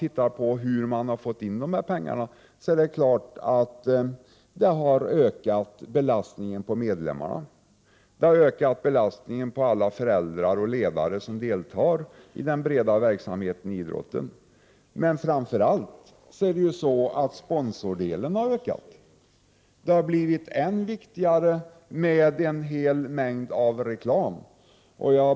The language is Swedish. Ser vi på hur man har fått in pengar finner vi att belastningen på medlemmarna har ökat och likaså på föräldrar och ledare som deltar i den breda verksamheten inom idrotten. Men framför allt har sponsordelen ökat. Det har blivit än viktigare med en hel mängd av reklam.